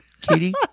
Katie